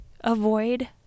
avoid